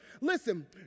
Listen